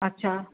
अछा